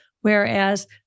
Whereas